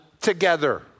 together